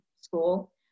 school